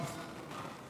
זה גרוע?